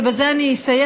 ובזה אני אסיים,